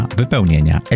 wypełnienia